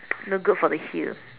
no good for the heels